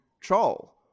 Troll